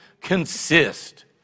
consist